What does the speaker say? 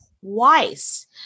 twice